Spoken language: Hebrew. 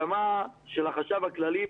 קיבלנו אישור מהחשב הכללי,